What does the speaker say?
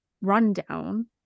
rundown